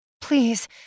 Please